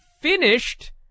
finished